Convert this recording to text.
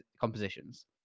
compositions